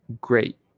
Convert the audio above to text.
great